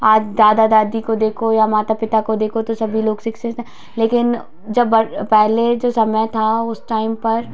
आज दादा दादी को देखो या माता पिता को देखो तो सभी लोग शिक्षित हैं लेकिन जब पहले जो समय था उस टाइम पर